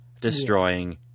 destroying